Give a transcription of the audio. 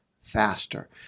faster